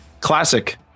Classic